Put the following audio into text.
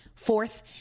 Fourth